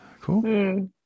cool